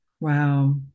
Wow